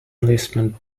enlistment